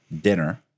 dinner